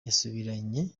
yasubiranye